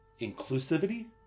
inclusivity